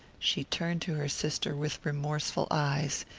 she turned to her sister with remorseful eyes.